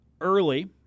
early